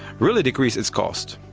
really decrease its cost.